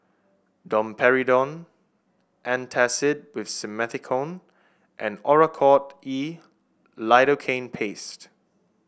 Domperidone Antacid with Simethicone and Oracort E Lidocaine Paste